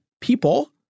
people